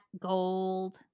gold